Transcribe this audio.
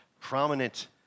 prominent